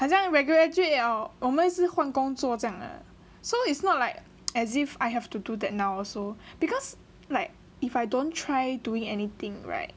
好像每个人去 liao 我们是换工作这样的 so it's not like as if I have to do that now also because like if I don't try doing anything right